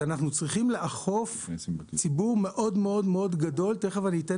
כלומר לאכוף ציבור מאוד מאוד גדול, הלכנו לשיטת